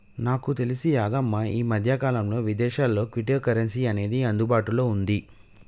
నాకు తెలిసి యాదమ్మ ఈ మధ్యకాలంలో విదేశాల్లో క్విటో కరెన్సీ అనేది అందుబాటులో ఉంది